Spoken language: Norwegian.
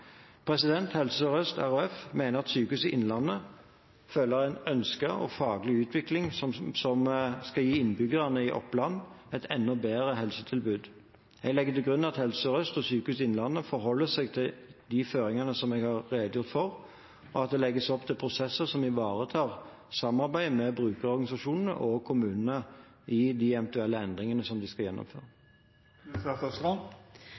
Helse Sør-Øst RHF mener at Sykehuset Innlandet følger en ønsket og faglig utvikling som skal gi innbyggerne i Oppland et enda bedre helsetilbud. Jeg legger til grunn at Helse Sør-Øst og Sykehuset Innlandet forholder seg til de føringene som jeg har redegjort for, og at det legges opp til prosesser som ivaretar samarbeidet med brukerorganisasjonene og kommunene i de eventuelle endringene som vi skal